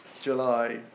July